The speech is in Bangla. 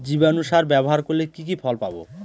জীবাণু সার ব্যাবহার করলে কি কি ফল পাবো?